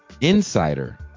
Insider